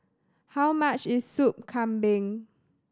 how much is Sup Kambing